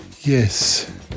Yes